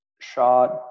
shot